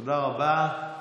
תודה רבה.